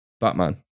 Batman